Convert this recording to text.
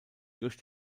durch